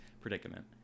predicament